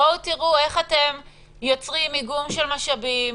בואו תראו איך אתם יוצרים איגום של משאבים,